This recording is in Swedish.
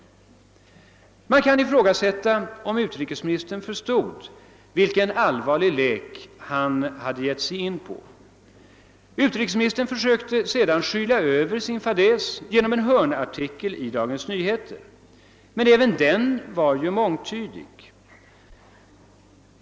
Man kan ifrågasätta om utrikesministern förstod vilken allvarlig lek han hade gett sig in i. Utrikesministern försökte sedan skyla över sin fadäs genom en hörnartikel i Dagens Nyheter. Men även denna var mångtydig.